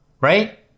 Right